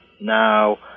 Now